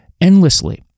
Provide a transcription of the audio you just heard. endlessly